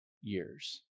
years